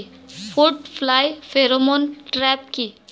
Fruit fly pheromone trap কি?